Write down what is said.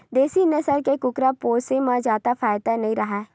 देसी नसल के कुकरा पोसे म जादा फायदा नइ राहय